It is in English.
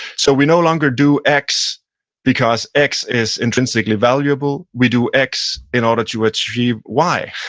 so we no longer do x because x is intrinsically valuable. we do x in order to achieve y,